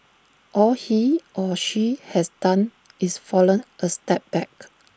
all he or she has done is fallen A step back